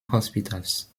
hospitals